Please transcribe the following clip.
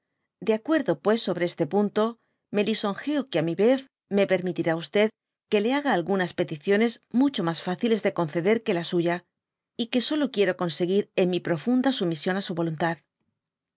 de acuerdo pues sobre este punto me li sonjeo que á mi vez me pemútirá que le haga llgunaspcticicnies mucho mas fáciles de conceder qqe la suya y que solo quiero conseguir con mi piofonda sumisión á su voluntad